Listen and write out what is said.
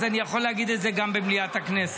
אז אני יכול להגיד את זה גם במליאת הכנסת.